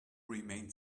remain